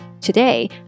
Today